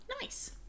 Nice